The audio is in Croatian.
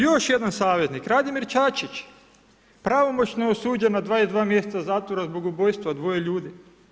Još jedan saveznik, Radimir Čačić, pravomoćno je osuđen na 22 mjeseca zatvora zbog ubojstva dvoje ljudi.